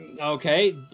okay